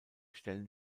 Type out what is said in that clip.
stellen